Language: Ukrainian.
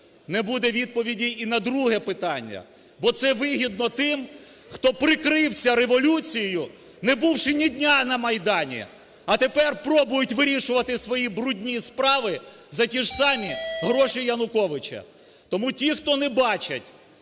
не буде відповіді і на друге питання, бо це вигідно тим, хто прикрився революцією, не бувши ні дня на Майдані, а тепер пробують вирішувати свої брудні справи за ті ж самі гроші Януковича. Тому ті, хто не бачать